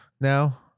now